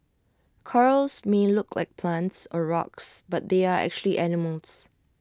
corals may look like plants or rocks but they are actually animals